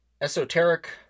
esoteric